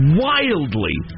wildly